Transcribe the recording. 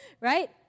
Right